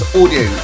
audio